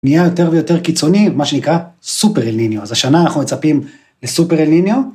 נהיה יותר ויותר קיצוני, מה שנקרא סופר אלניניו, אז השנה אנחנו מצפים לסופר אלניניו.